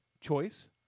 choice